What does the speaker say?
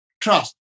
trust